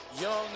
young